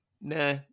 nah